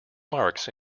marks